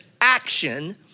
action